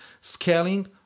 Scaling